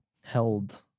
held